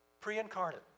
pre-incarnate